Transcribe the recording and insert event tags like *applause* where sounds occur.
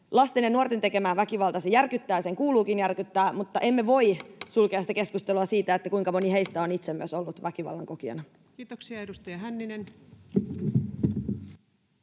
Lasten ja nuorten tekemä väkivalta järkyttää, sen kuuluukin järkyttää, mutta emme voi *noise* sulkea keskustelua siitä, kuinka moni heistä on myös itse ollut väkivallan kokijana. Kiitoksia. — Edustaja Hänninen.